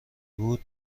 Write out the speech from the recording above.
بود